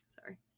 sorry